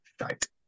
shite